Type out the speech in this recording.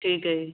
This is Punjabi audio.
ਠੀਕ ਹੈ ਜੀ